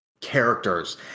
characters